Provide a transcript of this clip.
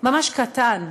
ממש קטן,